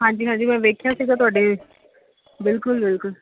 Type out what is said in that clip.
ਹਾਂਜੀ ਹਾਂਜੀ ਮੈਂ ਵੇਖਿਆ ਸੀਗਾ ਤੁਹਾਡੇ ਬਿਲਕੁਲ ਬਿਲਕੁਲ